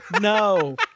No